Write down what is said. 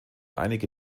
einige